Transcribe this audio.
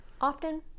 Often